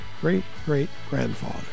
great-great-grandfather